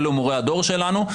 אלו מורי הדור שלנו.